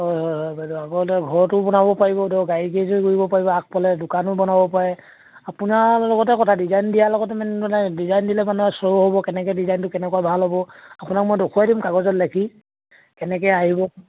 হয় হয় হয় বাইদেউ আগতে ঘৰতো বনাব পাৰিব ধৰক গাড়ী গেৰেজো কৰিব পাৰিব আগফালে দোকানো বনাব পাৰে আপোনাৰ লগতে কথা ডিজাইন দিয়াৰ লগতে মে মানে ডিজাইন দিলে মানে শ্ব' হ'ব কেনেকৈ ডিজাইনটো কেনেকুৱা ভাল হ'ব আপোনাক মই দেখুৱাই দিম কাগজত লিখি কেনেকৈ আহিব